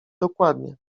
dokładnie